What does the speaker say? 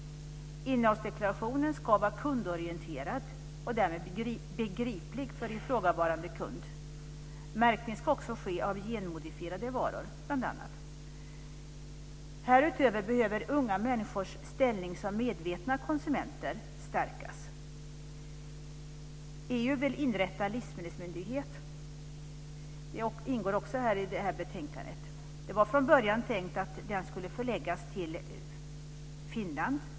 Innehållsdeklarationen ska vara kundorienterad och därmed begriplig för ifrågavarande kund. Märkning ska också bl.a. ske av genmodifierade varor. Härutöver behöver unga människors ställning som medvetna konsumenter stärkas. EU vill inrätta en livsmedelsmyndighet. Det ingår också i det här betänkandet. Det var från början tänkt att den skulle kunna förläggas till Finland.